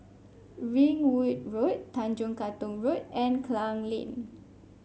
Ringwood Road Tanjong Katong Road and Klang Lane